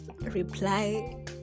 reply